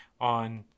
on